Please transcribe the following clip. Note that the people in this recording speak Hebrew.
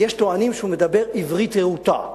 ויש טוענים שהוא מדבר עברית רהוטה,